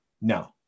no